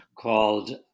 called